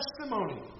testimony